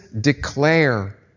declare